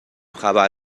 خبر